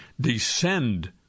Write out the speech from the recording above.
descend